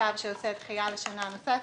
צו שעושה דחייה לשנה נוספת.